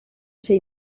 ser